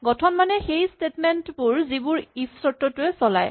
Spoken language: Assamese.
গঠন মানে সেই স্টেটমেন্ট বোৰ যিবোৰ ইফ ৰ চৰ্তটোৱে চলায়